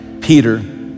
Peter